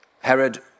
Herod